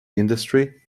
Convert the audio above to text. industry